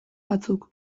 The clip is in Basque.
batzuk